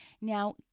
Now